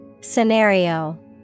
Scenario